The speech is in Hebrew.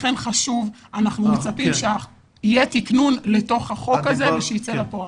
לכן חשוב ואנחנו מצפים שיהיה תקנון לתוך החוק הזה ושהוא יצא לפועל.